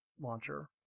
Launcher